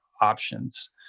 options